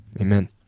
Amen